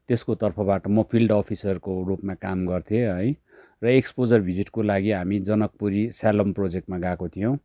त्यसको तर्फबाट म फिल्ड अफिसरको रूपमा काम गर्थेँ है र एक्सपोजर भिजिटको लागि हामी जनकपुरी स्यालम् प्रोजेक्टमा गएको थियौँ